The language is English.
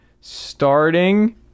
starting